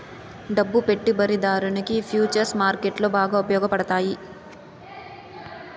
డబ్బు పెట్టుబడిదారునికి ఫుచర్స్ మార్కెట్లో బాగా ఉపయోగపడతాయి